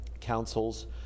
councils